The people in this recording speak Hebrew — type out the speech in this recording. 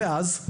ואז,